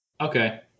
Okay